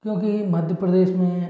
क्योंकि मध्य प्रदेश में